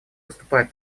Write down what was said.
выступает